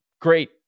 great